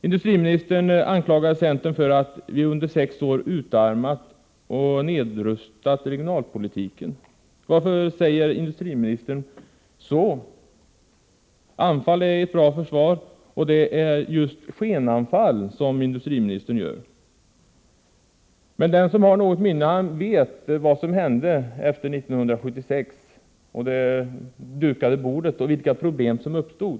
Industriministern anklagade centern för att under sex år ha utarmat och nedrustat regionalpolitiken. Varför säger industriministern så? Anfall är bästa försvar, och det är just skenanfall som industriministern gör. Men den som har något minne vet vad som hände efter 1976, med talet om det dukade bordet, och vilka problem som uppstod.